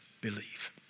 believe